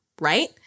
right